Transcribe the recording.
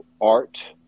art